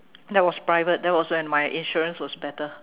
that was private that was when my insurance was better